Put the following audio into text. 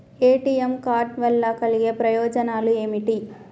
ATM card వల్ల కలిగే ప్రయోజనాలు ఏమిటి?